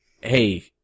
hey